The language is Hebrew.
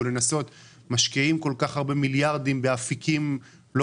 משקיעים כל כך הרבה מיליארדים באפיקים לא